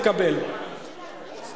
הכלכלה ולכן אין טעם להמשיך ולהצביע.